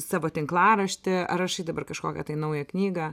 savo tinklaraštį ar rašai dabar kažkokią naują knygą